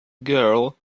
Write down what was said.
girl